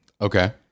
Okay